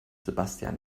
sebastian